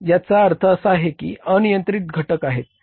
याचा अर्थ असा की हे अनियंत्रित घटक आहेत